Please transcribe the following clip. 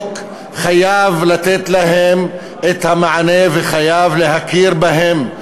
חייב לתת עליהם את המענה וחייב להכיר בהם.